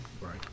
Right